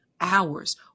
hours